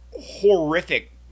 horrific